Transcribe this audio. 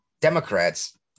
Democrats